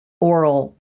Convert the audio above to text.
oral